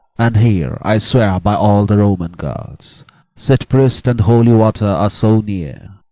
and here i swear by all the roman gods sith priest and holy water are so near,